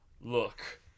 Look